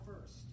first